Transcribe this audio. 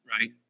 right